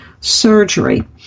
Surgery